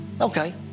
Okay